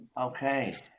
okay